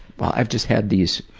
well i've just had these,